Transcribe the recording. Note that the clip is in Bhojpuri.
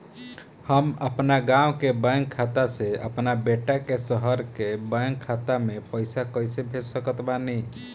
हम अपना गाँव के बैंक खाता से अपना बेटा के शहर के बैंक खाता मे पैसा कैसे भेज सकत बानी?